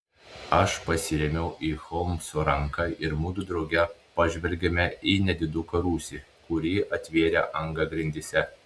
aš pasirėmiau į holmso ranką ir mudu drauge pažvelgėme į nediduką rūsį kurį atvėrė anga grindyse